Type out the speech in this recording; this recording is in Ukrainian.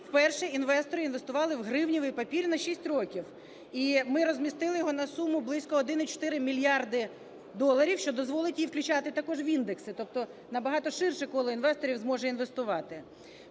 уперше інвестори інвестували в гривневий папір на 6 років. І ми розмістили його на суму близько 1,4 мільярда доларів, що дозволить її включати також в індекси. Тобто набагато ширше коло інвесторів зможе інвестувати.